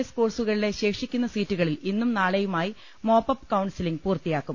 S ക്കോഴ്സുകളിലെ ശേഷി ക്കുന്ന സീറ്റുകളിൽ ഇന്നും നാളെയുമായി മോപ്അപ് കൌൺസലിംഗ് പൂർത്തിയാക്കും